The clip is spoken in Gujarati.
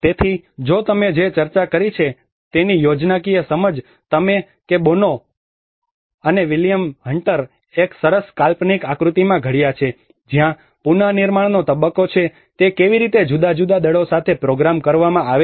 તેથી જો તમે જે ચર્ચા કરી છે તેની યોજનાકીય સમજ તમે કે બોનો અને વિલિયમ હન્ટર એક સરસ કાલ્પનિક આકૃતિમાં ઘડ્યા છે જ્યાં પુનર્નિર્માણનો તબક્કો છે તે કેવી રીતે જુદા જુદા દળો સાથે પ્રોગ્રામ કરવામાં આવે છે